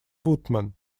footman